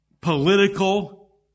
political